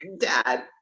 Dad